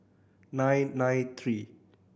nine nine three